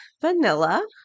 vanilla